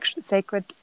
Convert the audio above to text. sacred